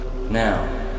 Now